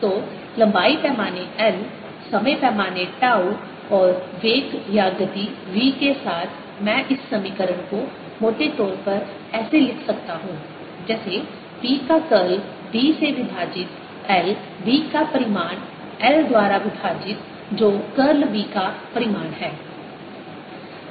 तो लंबाई पैमाने l समय पैमाने टाउ और वेग या गति v के साथ मैं इस समीकरण को मोटे तौर पर ऐसे लिख सकता हूं जैसे B का कर्ल B से विभाजित l b का परिमाण l द्वारा विभाजित जो कर्ल B का परिमाण है